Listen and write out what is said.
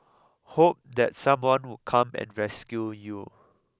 hope that someone would come and rescue you